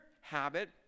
habit